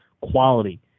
quality